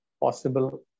possible